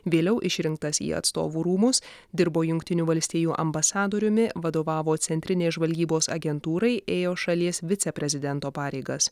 vėliau išrinktas į atstovų rūmus dirbo jungtinių valstijų ambasadoriumi vadovavo centrinei žvalgybos agentūrai ėjo šalies viceprezidento pareigas